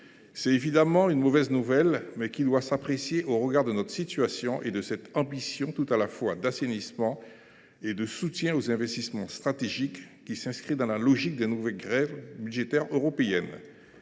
s’agit évidemment d’une mauvaise nouvelle, mais celle ci doit s’apprécier au regard de notre situation et de cette ambition tout à la fois d’assainissement et de soutien aux investissements stratégiques, qui s’inscrit dans la logique des nouvelles règles budgétaires européennes,